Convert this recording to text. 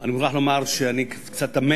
אני מוכרח לומר שאני קצת תמה